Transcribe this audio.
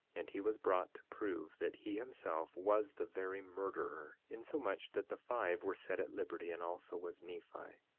and he was brought to prove that he himself was the very murderer, insomuch that the five were set at liberty, and also was nephi.